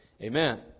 Amen